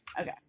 Okay